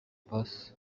pass